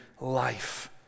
life